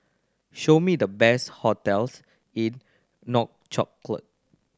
show me the best hotels in Nouakchott